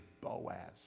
Boaz